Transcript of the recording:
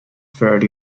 fairly